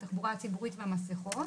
התחבורה הציבורית והמסכות